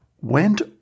went